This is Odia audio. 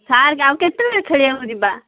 ସାର୍ ଆଉ କେତେବେଳେ ଖେଳିବାକୁ ଯିବା